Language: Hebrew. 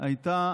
הייתה